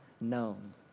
known